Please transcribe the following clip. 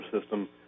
system